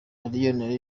allioni